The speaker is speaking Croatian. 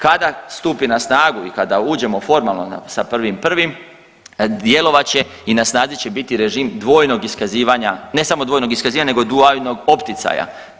Kada stupi na snagu i kada uđemo formalno sa 1.1. djelovat će i na snazi će biti režim dvojnog iskazivanja, ne samo dvojnog iskazivanja nego dualnog opticaja.